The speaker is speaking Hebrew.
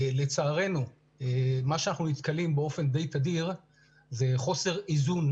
לצערנו מה שאנחנו נתקלים באופן די תדיר זה חוסר איזון